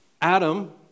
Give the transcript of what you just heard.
Adam